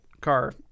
car